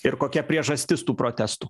ir kokia priežastis tų protestų